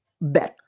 better